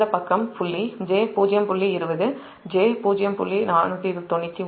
இந்த பக்கம் புள்ளி j0